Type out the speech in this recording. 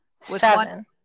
Seven